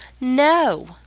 No